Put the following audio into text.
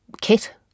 kit